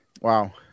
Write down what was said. wow